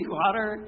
water